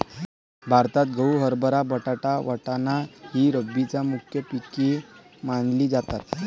भारतात गहू, हरभरा, बटाटा, वाटाणा ही रब्बीची मुख्य पिके मानली जातात